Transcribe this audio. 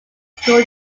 school